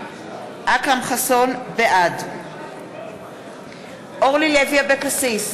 בעד אורלי לוי אבקסיס,